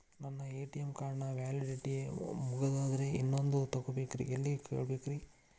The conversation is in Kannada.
ನನ್ನ ಎ.ಟಿ.ಎಂ ಕಾರ್ಡ್ ನ ವ್ಯಾಲಿಡಿಟಿ ಮುಗದದ್ರಿ ಇನ್ನೊಂದು ತೊಗೊಬೇಕ್ರಿ ಎಲ್ಲಿ ಕೇಳಬೇಕ್ರಿ?